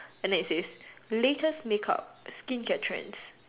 and then it says latest make up skin care trends